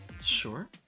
Sure